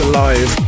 Alive